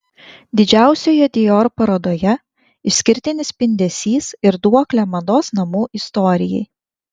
didžiausioje dior parodoje išskirtinis spindesys ir duoklė mados namų istorijai